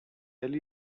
tell